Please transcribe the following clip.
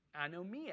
anomia